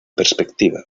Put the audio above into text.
perspectiva